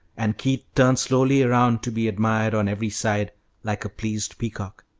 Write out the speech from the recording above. and keith turned slowly around, to be admired on every side like a pleased peacock.